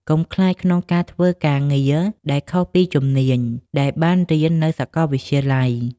កុំខ្លាចក្នុងការធ្វើការងារដែលខុសពីជំនាញដែលបានរៀននៅសាកលវិទ្យាល័យ។